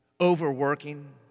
overworking